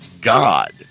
God